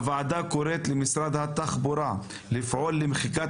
הוועדה קוראת למשרד התחבורה לפעול למחיקת